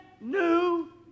new